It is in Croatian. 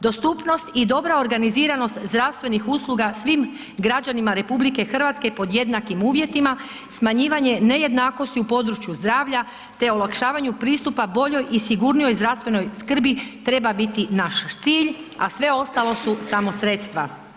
Dostupnost i dobra organiziranost zdravstvenih usluga svim građanima RH pod jednakim uvjetima, smanjivanje nejednakosti u području zdravlja te olakšavanju pristupa boljoj i sigurnijoj zdravstvenoj skrbi treba biti naš cilj a sve ostalo su samo sredstva.